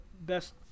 Best